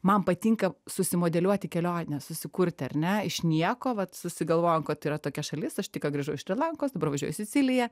man patinka susimodeliuoti kelionę susikurti ar ne iš nieko vat susigalvojau kad yra tokia šalis aš tik ką grįžau iš šri lankos dabar važiuoju į siciliją